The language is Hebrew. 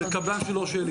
זה קבלן שהוא לא שלי.